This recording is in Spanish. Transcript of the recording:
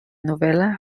novela